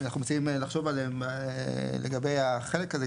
שאנחנו מציעים לחשוב עליהם לגבי החלק הזה,